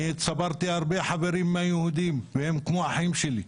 אני צברתי הרבה חברים יהודים, הם כמו אחים שלי.